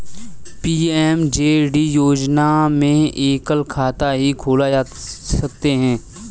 PMJD योजना में एकल खाता ही खोल सकते है